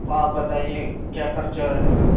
تو آپ بتائیے کیا خرچہ رہے گا